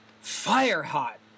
fire-hot